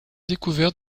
découverts